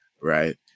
Right